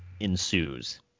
ensues